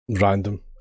Random